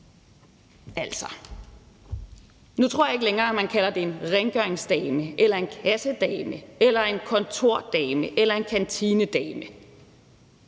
jeg tror helt ærligt ikke, at man kalder det en rengøringsdame, en kassedame, en kontordame eller en kantinedame